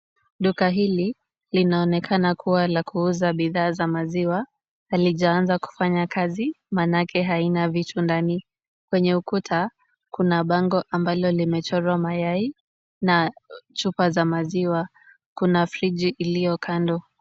Duka hili linaonekana kuwa la kuuza bidhaa za maziwa. Halijaanza kufanya kazi maanake halina vitu ndani. Kwenye ukuta kuna bango ambalo limechorwa mayai na chupa za maziwa. Kuna friji iliyo kando.